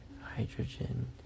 hydrogen